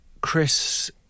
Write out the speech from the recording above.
Chris